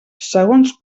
segons